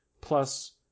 plus